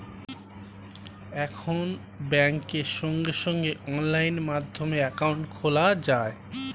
এখন ব্যাংকে সঙ্গে সঙ্গে অনলাইন মাধ্যমে অ্যাকাউন্ট খোলা যায়